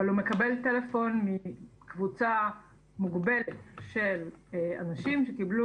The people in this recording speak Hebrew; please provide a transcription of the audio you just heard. אבל הוא מקבל טלפון מקבוצה מוגבלת של אנשים שקיבלו